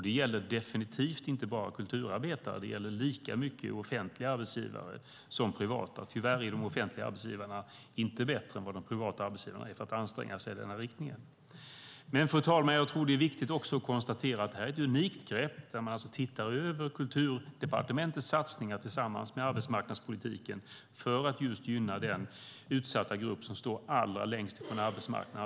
Det gäller definitivt inte bara kulturarbetare, och det gäller lika mycket offentliga arbetsgivare som privata. Tyvärr är de offentliga arbetsgivarna inte bättre än vad de privata arbetsgivarna är på att anstränga sig i denna riktning. Men jag tror också, fru talman, att det är viktigt att konstatera att detta är ett unikt grepp, där man alltså tittar över Kulturdepartementets satsningar tillsammans med arbetsmarknadspolitiken för att just gynna den utsatta grupp som står allra längst ifrån arbetsmarknaden.